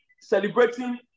celebrating